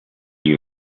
you